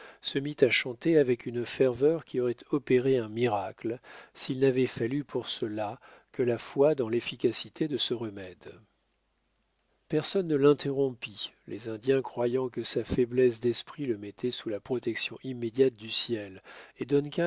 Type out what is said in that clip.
se mit à chanter avec une ferveur qui aurait opéré un miracle s'il n'avait fallu pour cela que la foi dans l'efficacité de ce remède personne ne l'interrompit les indiens croyant que sa faiblesse d'esprit le mettait sous la protection immédiate du ciel